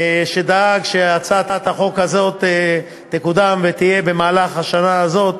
שדאג שהצעת החוק הזאת תקודם ותהיה במהלך השנה הזאת,